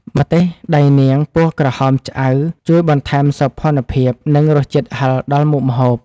ម្ទេសដៃនាងពណ៌ក្រហមឆ្អៅជួយបន្ថែមសោភ័ណភាព និងរសជាតិហឹរដល់មុខម្ហូប។